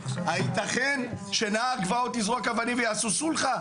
הייתכן שנער גבעות יזרוק אבנים ויעשו סולחה?